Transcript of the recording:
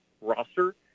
roster